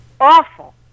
awful